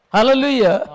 Hallelujah